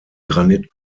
granit